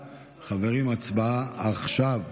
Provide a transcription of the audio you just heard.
חברים, הצבעה עכשיו.